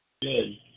Good